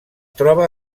troba